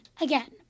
again